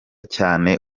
cyane